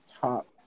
top